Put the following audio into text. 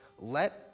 let